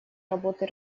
работы